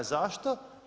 Zašto?